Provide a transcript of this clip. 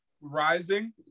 rising